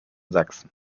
sachsen